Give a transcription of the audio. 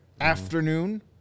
afternoon